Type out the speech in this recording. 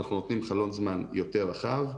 אנחנו נותנים חלון זמן יותר רחב.